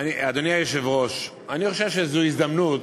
אדוני היושב-ראש, אני חושב שזו הזדמנות,